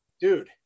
dude